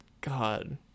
God